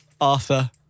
Arthur